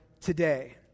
today